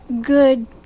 good